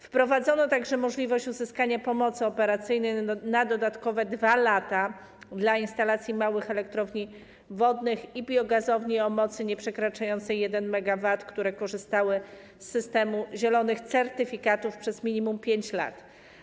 Wprowadzono także możliwość uzyskania pomocy operacyjnej na dodatkowe 2 lata dla instalacji małych elektrowni wodnych i biogazowni o mocy nieprzekraczającej 1 MW, które korzystały z systemu zielonych certyfikatów przez minimum 5 lat.